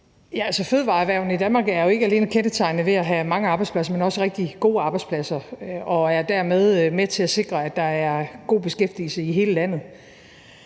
fødevareerhvervene i Danmark er jo ikke alene kendetegnet ved at have mange arbejdspladser, men også ved at have rigtig gode arbejdspladser, og de er dermed med til at sikre, at der er en god beskæftigelse i hele landet.